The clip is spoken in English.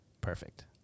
Perfect